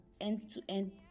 end-to-end